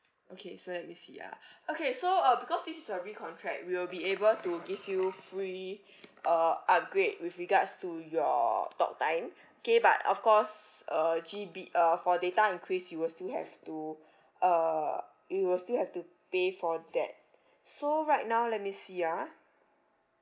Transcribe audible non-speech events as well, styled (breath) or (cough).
okay so let me see ah (breath) okay so uh because this is a re-contract we will be able to give you free (breath) uh upgrade with regards to your talk time (breath) okay but of course uh G_B uh for data increase you will still have to (breath) uh you will still have to pay for that so right now let me see ah